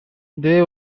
they